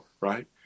right